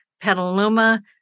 Petaluma